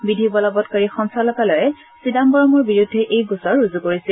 বিধিবলবৎকাৰী সঞ্চালকালয়ে চিদাম্বৰমৰ বিৰুদ্ধে এই গোচৰ ৰুজু কৰিছিল